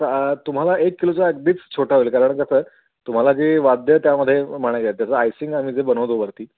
सा तुम्हाला एक किलोचा अगदीच छोटा होईल कारण का सर तुम्हाला जे वाद्य त्यामध्ये म्हणाय त्याचं आयसिंग आम्ही जे बनवतो वरती